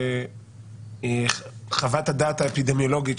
חוות הדעת האפידמיולוגית,